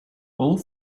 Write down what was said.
all